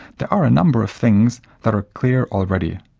there are a number of things that are clear already.